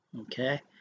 Okay